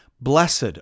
Blessed